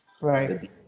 Right